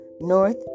North